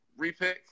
repick